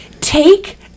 take